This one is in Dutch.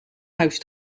huis